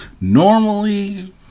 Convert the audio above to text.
Normally